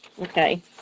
okay